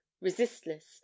resistless